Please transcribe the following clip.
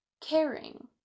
caring